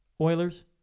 Oilers